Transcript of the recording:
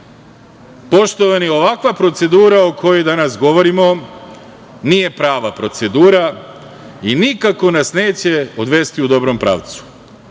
veka. Poštovani, ovakva procedura, o kojoj danas govorimo, nije prava procedura i nikako nas neće odvesti u dobrom pravcu,